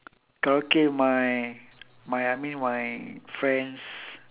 karaoke my my I mean my friends